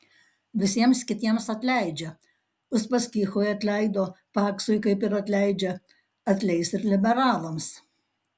visiems kitiems atleidžia uspaskichui atleido paksui kaip ir atleidžia atleis ir liberalams